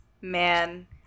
man